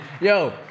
Yo